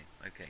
Okay